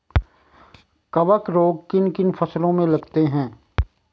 कवक रोग किन किन फसलों में लगते हैं?